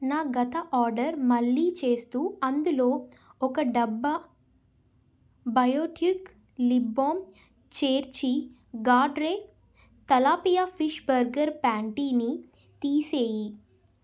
నా గత ఆర్డర్ మళ్ళీ చేస్తూ అందులో ఒక డబ్బా బయోటిక్ లిప్ బామ్ చేర్చి గాడ్రే తిలాపియా ఫిష్ బర్గర్ ప్యాన్టీని తీసేయి